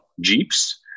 Jeeps